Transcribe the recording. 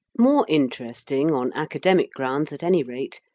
more interesting, on academic grounds at any rate,